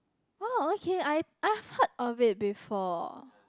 oh okay I I've heard of it before